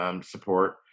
support